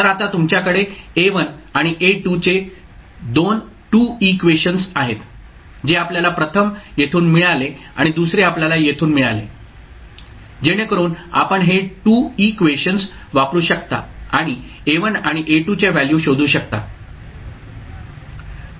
तर आता तुमच्याकडे A1 आणि A2 चे 2 इक्वेशनस् आहेत जे आपल्याला प्रथम येथून मिळाले आणि दुसरे आपल्याला येथून मिळाले जेणेकरुन आपण हे 2 इक्वेशनस् वापरू शकता आणि A1 आणि A2 च्या व्हॅल्यू शोधू शकता